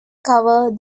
cover